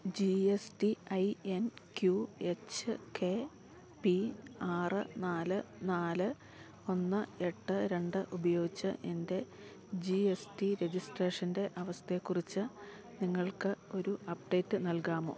G S T I N Q H K P ആറ് നാല് നാല് ഒന്ന് എട്ട് രണ്ട് ഉപയോഗിച്ച് എൻ്റെ ജി എസ് ടി രെജിസ്ട്രേഷൻ്റെ അവസ്ഥയെക്കുറിച്ച് നിങ്ങൾക്ക് ഒരു അപ്ഡേറ്റ് നൽകാമോ